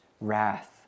wrath